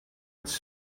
its